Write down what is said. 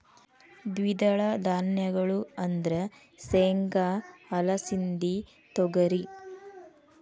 ದ್ವಿದಳ ಧಾನ್ಯಗಳು ಅಂದ್ರ ಸೇಂಗಾ, ಅಲಸಿಂದಿ, ತೊಗರಿ